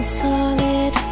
solid